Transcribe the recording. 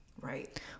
Right